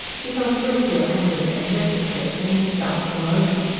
he felt a great deal angrier in retrospect than he had done at the moment.